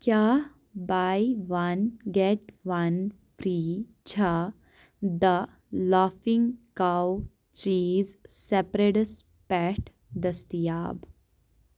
کیٛاہ buy one get one free چھا the laughing cow cheese spreads پٮ۪ٹھ دٔستیاب